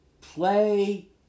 Play